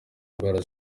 indwara